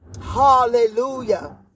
hallelujah